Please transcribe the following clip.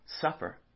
suffer